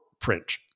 print